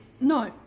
No